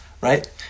right